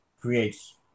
creates